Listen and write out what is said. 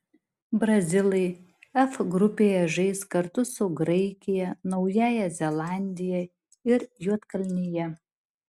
brazilai f grupėje žais kartu su graikija naująja zelandija ir juodkalnija